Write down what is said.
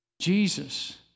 Jesus